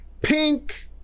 Pink